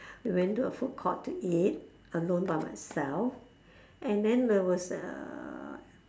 went to a food court to eat alone by myself and then there was uh